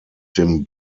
dem